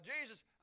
Jesus